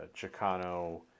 Chicano